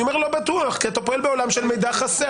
אני אומר לא בטוח, כי אתה פועל בעולם של מידע חסר